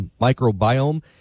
microbiome